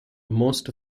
most